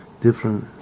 different